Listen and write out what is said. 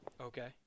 Okay